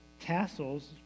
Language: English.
tassels